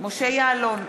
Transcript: משה יעלון,